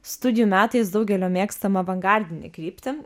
studijų metais daugelio mėgstamą avangardinę kryptį